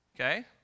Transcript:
okay